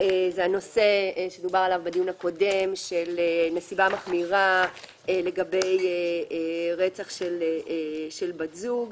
זה הנושא שדובר עליו בדיון הקודם של נסיבה מחמירה לגבי רצח של בת זוג.